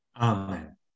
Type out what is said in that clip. Amen